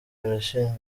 barashinjwa